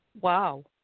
wow